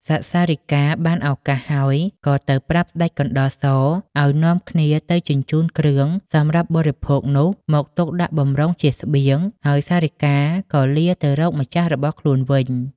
សត្វសារិកា បានឱកាសហើយ ក៏ទៅប្រាប់ស្ដេចកណ្ដុរសឲ្យនាំគ្នាទៅជញ្ជូនគ្រឿងសម្រាប់បរិភោគនោះ មក ទុកដាក់បម្រុងជាស្បៀង ហើយសារិកាក៏លាទៅរកម្ចាស់របស់ខ្លួនវិញ ។